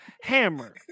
hammer